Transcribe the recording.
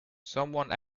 someone